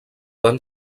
van